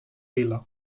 vila